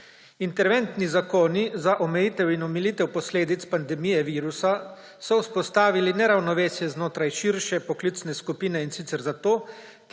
Interventni zakoni za omejitev in omilitev posledic pandemije virusa so vzpostavili neravnovesje znotraj širše poklicne skupine, in sicer zato,